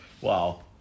Wow